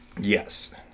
Yes